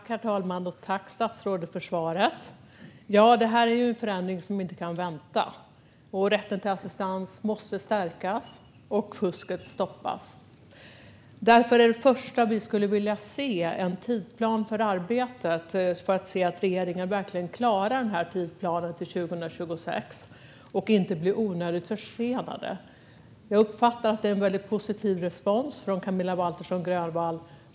Herr talman! Tack, statsrådet, för svaret! Det här är en förändring som inte kan vänta. Rätten till assistans måste stärkas och fusket stoppas. Därför är det första vi skulle vilja se en tidsplan för arbetet för att se att regeringen verkligen klarar detta till 2026 och inte blir onödigt försenad. Jag uppfattar att det är en väldigt positiv respons från Camilla Waltersson Grönvall.